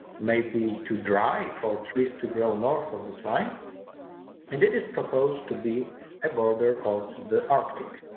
maybe too dry for trees to grow north of this line and it is proposed to be a border of the arctic